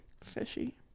Fishy